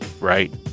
right